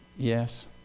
Yes